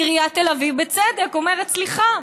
עיריית תל אביב, בצדק, אומרת: סליחה,